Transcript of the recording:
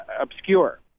obscure